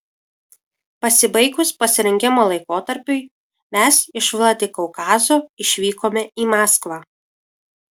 pasibaigus pasirengimo laikotarpiui mes iš vladikaukazo išvykome į maskvą